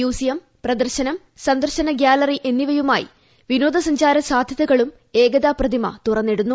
museum പ്രിദ്ദർശ്നം സന്ദർശന gallery എന്നിവയുമായി വിനോദസഞ്ചാര സാധ്യതകളും ഏകതാ പ്രതിമ തുറന്നിടുന്നു